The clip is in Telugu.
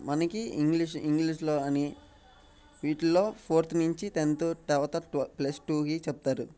మనకు ఇంగ్లీష్ ఇంగ్లీష్లో అని వీటిలో ఫోర్త్ నుంచి టెన్త్ తరువాత ప్లస్ టూకి చెప్తారు